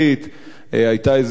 היתה איזה בושה.